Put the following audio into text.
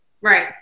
Right